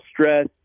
stress